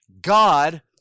God